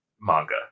manga